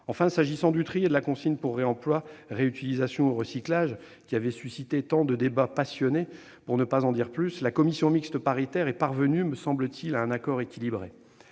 Enfin, s'agissant du tri et de la consigne pour réemploi, réutilisation ou recyclage, qui ont suscité tant de débats passionnés, pour ne pas dire plus, la commission mixte paritaire est parvenue, me semble-t-il, à un accord équilibré.